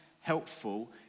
helpful